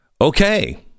Okay